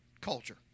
culture